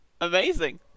Amazing